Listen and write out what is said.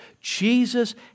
Jesus